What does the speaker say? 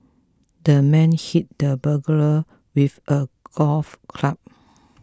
the man hit the burglar with a golf club